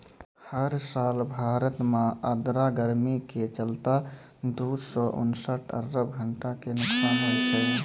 हर साल भारत मॅ आर्द्र गर्मी के चलतॅ दू सौ उनसठ अरब घंटा के नुकसान होय छै